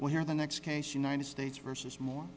well here the next case united states versus moore